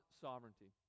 sovereignty